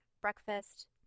breakfast